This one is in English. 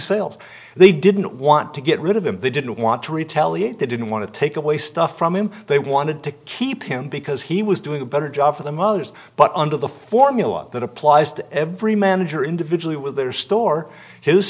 sales they didn't want to get rid of him they didn't want to retaliate they didn't want to take away stuff from him they wanted to keep him because he was doing a better job for them others but under the formula that applies to every manager individually with their store h